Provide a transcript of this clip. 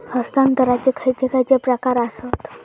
हस्तांतराचे खयचे खयचे प्रकार आसत?